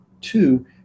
Two